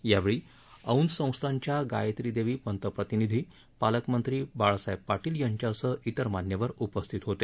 यावेळी औंध संस्थानच्या गायत्रीदेवी पंत प्रतिनिधी पालकमंत्री बाळासाहेब पाटील यांच्यासह इतर मान्यवर उपस्थित होते